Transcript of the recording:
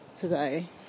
today